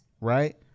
right